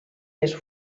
les